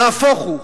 נהפוך הוא,